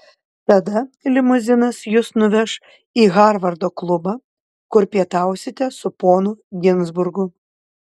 tada limuzinas jus nuveš į harvardo klubą kur pietausite su ponu ginzburgu